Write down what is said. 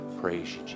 Praise